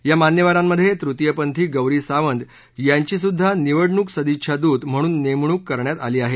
या मान्यवरांमध्ये तृतीयपंथी गौरी सावंत यांची सुध्दा निवडणूक सदिच्छा दूत म्हणून नेमणूक करण्यात आली आहे